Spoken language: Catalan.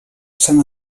sant